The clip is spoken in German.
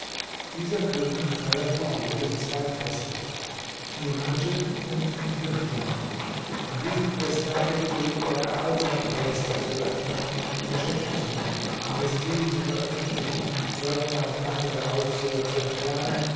dieser könig feierte jährlich zwei feste niradj und mihrdjan an diesem festtage pflegte er alle seine paläste zu öffnen geschenke zu machen amnestien zu veröffentlichen pförtner und andre aufseher zu entfernen